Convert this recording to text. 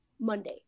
monday